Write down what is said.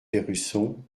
perrusson